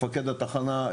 מפקד התחנה.